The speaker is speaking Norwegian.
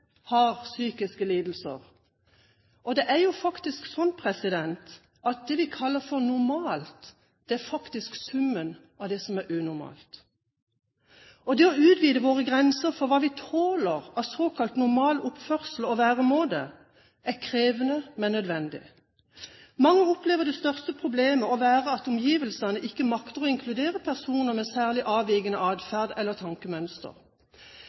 har psykiske lidelser. Det er jo faktisk slik at det vi kaller for normalt, er summen av det som er unormalt. Det å utvide våre grenser for hva vi tåler av såkalt normal oppførsel og væremåte, er krevende, men nødvendig. Mange opplever at det største problemet er at omgivelsene ikke makter å inkludere personer med særlig avvikende atferd eller tankemønster.